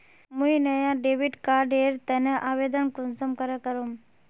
मुई नया debit card एर तने आवेदन कुंसम करे करूम?